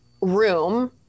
room